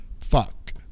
fuck